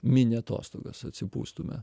mini atostogas atsipūstume